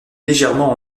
légèrement